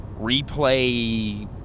replay